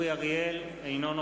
אפשר גם אחרי זה.